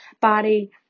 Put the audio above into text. body